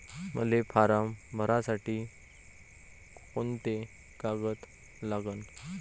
मले फारम भरासाठी कोंते कागद लागन?